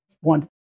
one